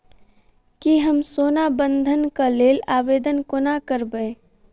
की हम सोना बंधन कऽ लेल आवेदन कोना करबै?